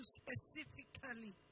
specifically